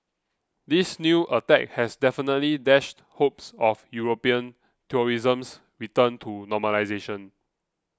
this new attack has definitely dashed hopes of European tourism's return to normalisation